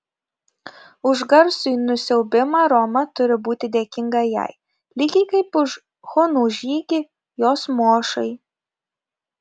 už garsųjį nusiaubimą roma turi būti dėkinga jai lygiai kaip už hunų žygį jos mošai